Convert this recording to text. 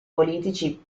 politici